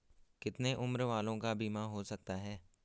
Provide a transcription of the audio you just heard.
कितने उम्र वालों का बीमा हो सकता है?